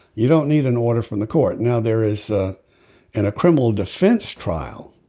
you don't need an order from the court. now there is a and criminal defense trial